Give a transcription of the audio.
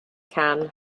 can